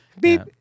Beep